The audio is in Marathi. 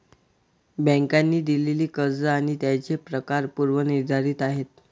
बँकांनी दिलेली कर्ज आणि त्यांचे प्रकार पूर्व निर्धारित आहेत